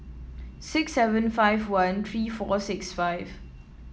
six seven five one three four six five